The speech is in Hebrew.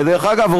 ודרך אגב,